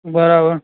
બરાબર